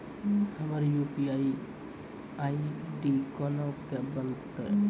हमर UPI ID कोना के बनत यो?